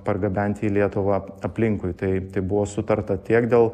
pargabenti į lietuvą aplinkui taip tai buvo sutarta tiek dėl